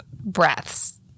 breaths